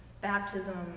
baptism